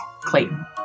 Clayton